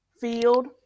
field